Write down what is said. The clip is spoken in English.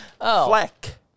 Fleck